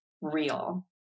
real